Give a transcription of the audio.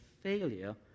failure